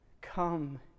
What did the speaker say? Come